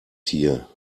tier